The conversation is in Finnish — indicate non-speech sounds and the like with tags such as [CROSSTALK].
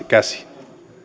[UNINTELLIGIBLE] käsiin